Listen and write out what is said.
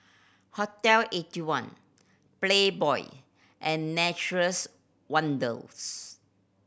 Hotel Eighty one Playboy and Nature's Wonders